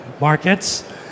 markets